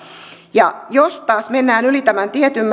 ja jos taas mennään yli tämän tietyn